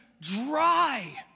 dry